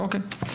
אוקי,